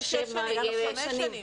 גם חמש ושש שנים.